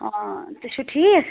ہاں تُہۍ چھُو ٹھیٖک